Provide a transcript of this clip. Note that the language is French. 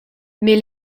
mais